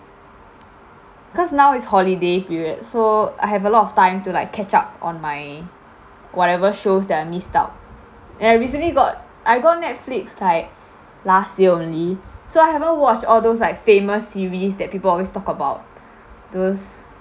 cause now is holiday period so I have a lot of time to like catch up on my whatever shows that I missed out and I recently got I got netflix like last year only so I haven't watched all those like famous series that people always talk about those